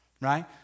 Right